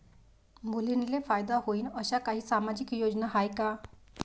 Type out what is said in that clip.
मुलींले फायदा होईन अशा काही सामाजिक योजना हाय का?